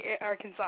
Arkansas